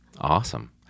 awesome